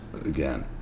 again